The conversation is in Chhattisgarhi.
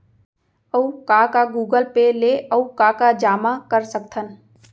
अऊ का का गूगल पे ले अऊ का का जामा कर सकथन?